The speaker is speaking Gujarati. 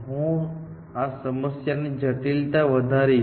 હું આ સમસ્યાની જટિલતા વધારીશ